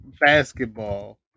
basketball